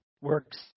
Works